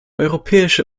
europäische